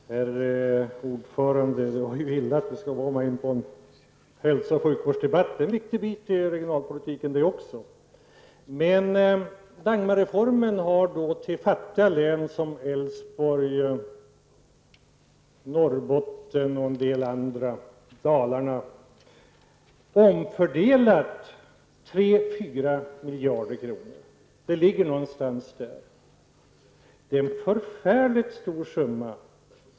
Herr talman! Det var ju illa att vi skulle komma in i en hälso och sjukvårdsdebatt, men det är också en viktig del i regionalpolitiken. Norrbotten och Dalarna har Dagmarreformen medfört en omfördelning i storleksordningen 3--4 miljarder kronor. Det är en förfärligt stor summa.